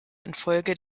infolge